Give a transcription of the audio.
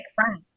friends